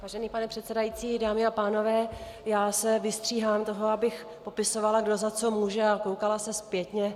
Vážený pane předsedající, dámy a pánové, vystříhám se toho, abych popisovala, kdo za co může, a koukala se zpětně.